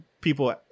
people